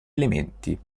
elementi